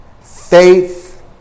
Faith